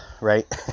right